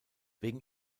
wegen